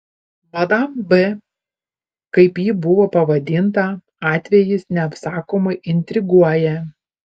madam b kaip ji buvo pavadinta atvejis neapsakomai intriguoja